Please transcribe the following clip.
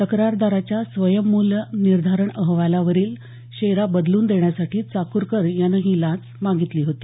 तक्रारदाराच्या स्वयंमूल्य निर्धारण अहवालावरील शेरा बदलून देण्यासाठी चाकूरकर यानं ही लाच मागितली होती